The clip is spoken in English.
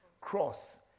cross